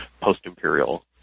post-imperial